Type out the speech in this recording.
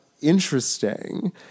interesting